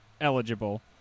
eligible